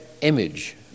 image